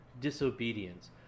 disobedience